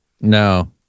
No